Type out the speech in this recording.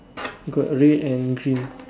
got red and green